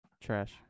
Trash